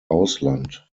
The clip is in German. ausland